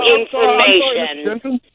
information